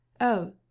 Oh